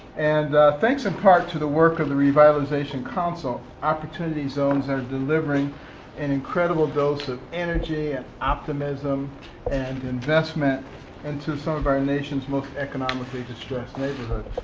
and thanks in part to the work of the revitalization council, opportunity zones are delivering an incredible dose of energy and optimism and investment and into some of our nation's most economically distressed neighborhoods.